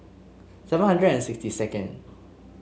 seven hundred and sixty second